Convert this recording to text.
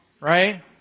Right